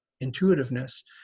intuitiveness